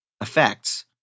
effects